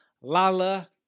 Lala